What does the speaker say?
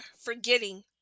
forgetting